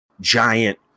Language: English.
giant